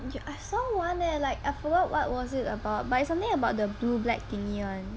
y~ I saw one eh like I forgot what was it about but it's something about the blue black thingy [one]